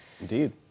Indeed